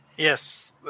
Yes